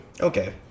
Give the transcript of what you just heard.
okay